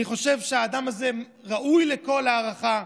אני חושב שהאדם הזה ראוי לכל הערכה.